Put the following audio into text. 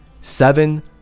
Seven